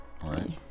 right